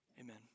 Amen